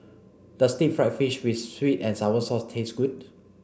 does deep fried fish with sweet and sour sauce taste good